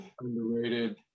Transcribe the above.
underrated